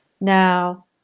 Now